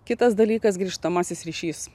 kitas dalykas grįžtamasis ryšys